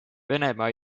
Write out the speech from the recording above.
venemaa